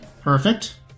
perfect